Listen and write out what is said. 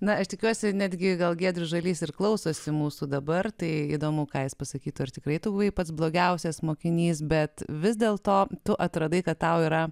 na aš tikiuosi netgi gal giedrius žalys ir klausosi mūsų dabar tai įdomu ką jis pasakytų ar tikrai tu buvai pats blogiausias mokinys bet vis dėlto tu atradai kad tau yra